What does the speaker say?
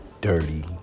dirty